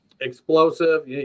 explosive